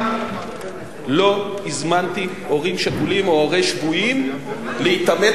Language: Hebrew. מעולם לא הזמנתי הורים שכולים או הורי שבויים להתעמת